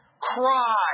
cry